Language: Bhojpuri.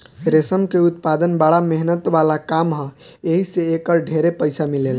रेशम के उत्पदान बड़ा मेहनत वाला काम ह एही से एकर ढेरे पईसा मिलेला